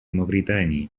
мавритании